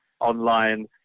online